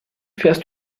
fährst